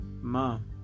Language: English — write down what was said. Mom